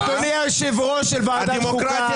אדוני היושב-ראש של ועדת חוקה,